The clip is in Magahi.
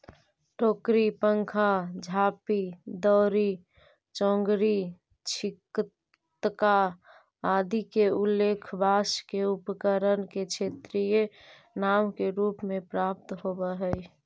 टोकरी, पंखा, झांपी, दौरी, चोंगरी, छितका आदि के उल्लेख बाँँस के उपकरण के क्षेत्रीय नाम के रूप में प्राप्त होवऽ हइ